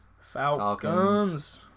Falcons